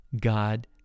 God